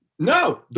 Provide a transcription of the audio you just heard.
No